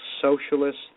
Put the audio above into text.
socialist